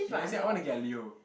like you said I wanna get a leo